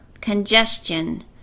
congestion